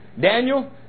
Daniel